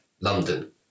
London